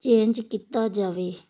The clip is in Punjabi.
ਚੇਂਜ ਕੀਤਾ ਜਾਵੇ